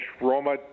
Roma